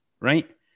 right